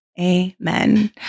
Amen